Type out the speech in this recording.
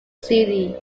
city